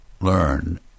learn